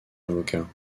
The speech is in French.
avocat